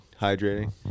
hydrating